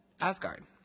Asgard